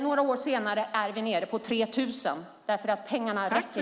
Några år senare är vi nere på 3 000, eftersom pengarna inte räcker.